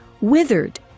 withered